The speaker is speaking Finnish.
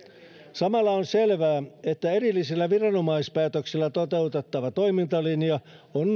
samalla on selvää että erillisillä viranomaispäätöksillä toteutettava toimintalinja on